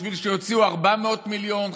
בשביל שיוציאו 400 מיליון,